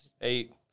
eight